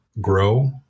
grow